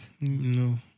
No